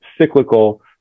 cyclical